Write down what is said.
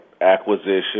acquisition